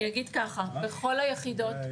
בכל היחידות,